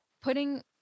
putting